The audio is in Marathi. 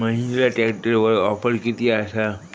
महिंद्रा ट्रॅकटरवर ऑफर किती आसा?